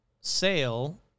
Sale